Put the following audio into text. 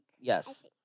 Yes